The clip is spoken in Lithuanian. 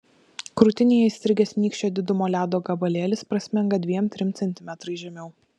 krūtinėje įstrigęs nykščio didumo ledo gabalėlis prasmenga dviem trim centimetrais žemiau